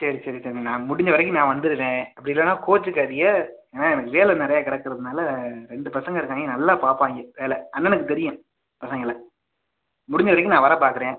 சரி சரி தம்பி நான் முடிந்த வரைக்கும் நான் வந்துருவேன் அப்படி இல்லேன்னா கோச்சிக்காதீக ஏன்னால் எனக்கு வேலை நிறையா கிடக்கறதுனால ரெண்டு பசங்க இருக்காய்ங்க நல்ல பாப்பாய்ங்க வேலை அண்ணனுக்கு தெரியும் பசங்களை முடிந்த வரைக்கும் நான் வர பார்க்குறேன்